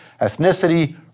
ethnicity